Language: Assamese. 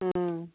অঁ